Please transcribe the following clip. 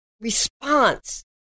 response